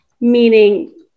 meaning